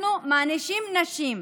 אנחנו מענישים נשים.